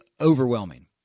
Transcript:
overwhelming